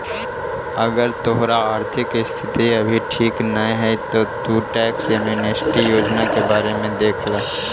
अगर तोहार आर्थिक स्थिति अभी ठीक नहीं है तो तु टैक्स एमनेस्टी योजना के बारे में देख ला